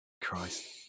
Christ